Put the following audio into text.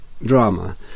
drama